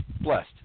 blessed